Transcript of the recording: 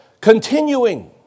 continuing